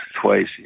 twice